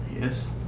Yes